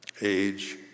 Age